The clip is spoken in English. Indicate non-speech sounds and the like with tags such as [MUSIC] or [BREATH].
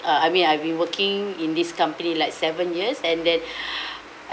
uh I mean I have been working in this company like seven years and then [BREATH]